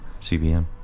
CBM